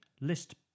list